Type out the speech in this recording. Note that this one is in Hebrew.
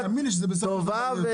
שאלה טובה.